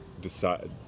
decide